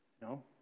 No